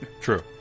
True